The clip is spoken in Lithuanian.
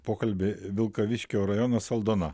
pokalbį vilkaviškio rajonas aldona